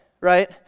right